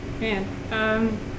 Man